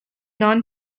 non